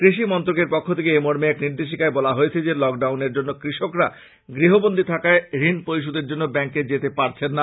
কৃষি মন্ত্রনালয়ের পক্ষ থেকে এই মর্মে এক নির্দেশিকায় বলা হয়েছে যে লকডাউনের জন্য কৃষকরা গৃহবন্দি থাকায় ঋণ পরিশোধের জন্য ব্যাংকে যেতে পারছেন না